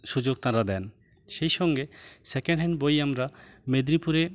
সুযোগ তারা দেন সেই সঙ্গে সেকেন্ড হ্যান্ড বই আমরা মেদিনীপুরে